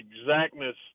exactness